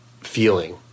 feeling